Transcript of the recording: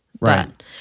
Right